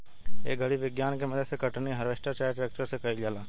ए घड़ी विज्ञान के मदद से कटनी, हार्वेस्टर चाहे ट्रेक्टर से कईल जाता